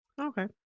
Okay